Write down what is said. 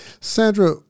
Sandra